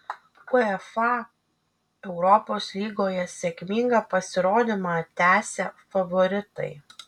uefa europos lygoje sėkmingą pasirodymą tęsia favoritai